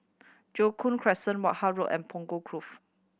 Joo Koon Crescent Wishart Road and Punggol Cove